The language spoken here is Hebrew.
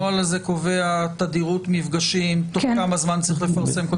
הנוהל הזה קובע תדירות מפגשים תוך כמה זמן צריך לפרסם?